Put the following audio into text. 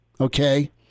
Okay